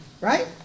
right